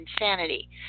insanity